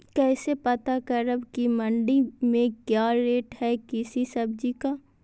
कैसे पता करब की मंडी में क्या रेट है किसी सब्जी का?